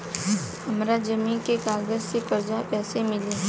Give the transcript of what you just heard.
हमरा जमीन के कागज से कर्जा कैसे मिली?